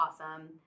awesome